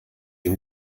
ihm